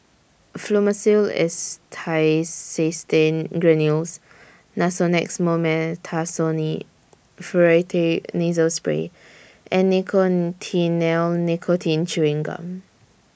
Fluimucil Acetylcysteine Granules Nasonex Mometasone Furoate Nasal Spray and Nicotinell Nicotine Chewing Gum